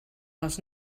les